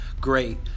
great